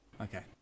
Okay